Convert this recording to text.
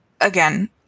again